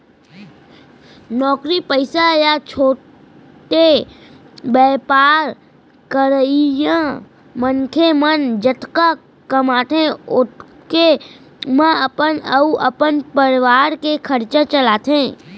नौकरी पइसा या छोटे बयपार करइया मनखे मन जतका कमाथें ओतके म अपन अउ अपन परवार के खरचा चलाथें